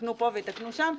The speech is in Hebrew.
ויתקנו פה ויתקנו שם,